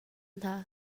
hna